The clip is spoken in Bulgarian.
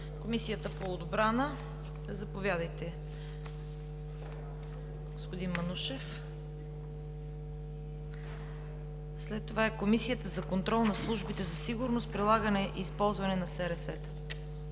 Комисията по отбрана – заповядайте, господин Манушев. След това е Комисията за контрол над службите за сигурност, прилагане и използване на СРС-та.